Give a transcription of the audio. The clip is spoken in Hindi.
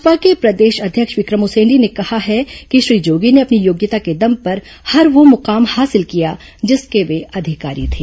भाजपा के प्रदेश अध्यक्ष विक्र म उसेंडी ने कहा है कि श्री जोगी ने अपनी योग्यता के दम पर हर वह मुकाम हासिल किया जिसके वे अधिकारी थे